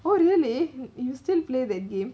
ah really you still play the game